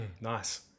Nice